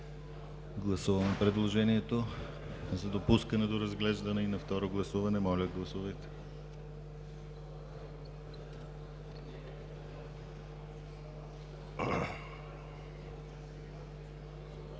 Гласуваме предложението за допускане до разглеждане и на второ гласуване. Моля, гласувайте. Гласували